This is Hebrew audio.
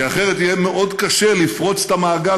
כי אחרת יהיה מאוד קשה לפרוץ את המעגל,